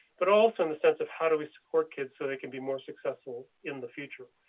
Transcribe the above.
but also in the sense of how do we support kids so they can be more successful in the future?